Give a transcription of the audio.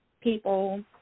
people